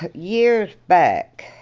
ah years back,